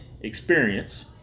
experience